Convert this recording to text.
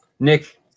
Nick